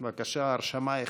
בבקשה, ההרשמה החלה.